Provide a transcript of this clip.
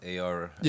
AR